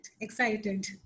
excited